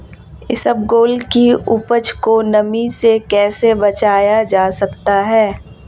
इसबगोल की उपज को नमी से कैसे बचाया जा सकता है?